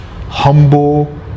humble